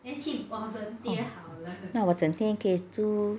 那我整天可以租